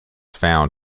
found